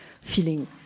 feeling